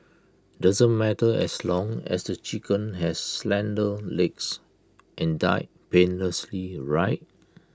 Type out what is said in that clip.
doesn't matter as long as the chicken has slender legs and died painlessly right